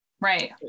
Right